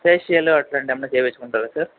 facial అట్లాంటి ఏమన్న చేపిచ్చుకుంటారా సార్